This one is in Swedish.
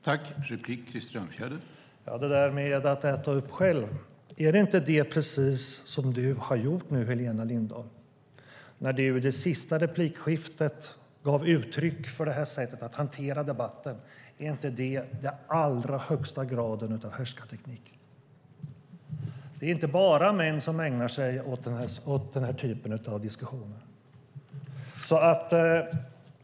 Herr talman! När det gäller detta att äta upp moralkakorna själv, var det inte precis det som Helena Lindahl gjorde när hon i den sista repliken gav uttryck för det här sättet att hantera debatten? Är inte det den allra högsta graden av härskarteknik? Det är inte bara män som ägnar sig åt den typen av diskussioner.